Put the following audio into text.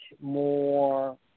more